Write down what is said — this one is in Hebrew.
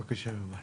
בבקשה יובל.